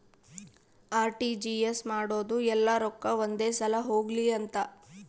RTGS ಮಾಡೋದು ಯೆಲ್ಲ ರೊಕ್ಕ ಒಂದೆ ಸಲ ಹೊಗ್ಲಿ ಅಂತ